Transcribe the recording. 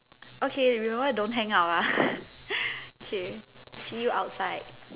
okay remember don't hang up ah K see you outside